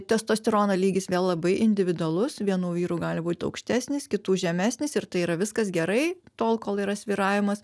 testosterono lygis vėl labai individualus vienų vyrų gali būt aukštesnis kitų žemesnis ir tai yra viskas gerai tol kol yra svyravimas